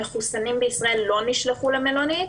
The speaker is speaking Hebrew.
מחוסנים בישראל, לא נשלחו למלוניות.